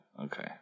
Okay